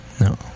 no